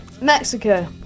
Mexico